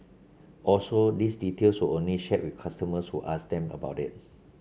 also these details only shared with customers who asked them about it